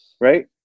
Right